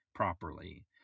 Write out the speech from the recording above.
Properly